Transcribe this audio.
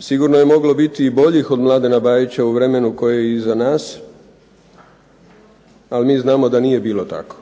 Sigurno je moglo biti i boljih od Mladena Bajića u vremenu koje je iza nas ali mi znamo da nije bilo tako.